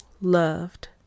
loved